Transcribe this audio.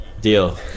deal